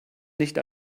nicht